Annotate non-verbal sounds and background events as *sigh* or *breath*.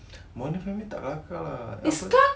*breath* modern family tak kelakar lah apa